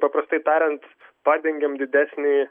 paprastai tariant padengiam didesnį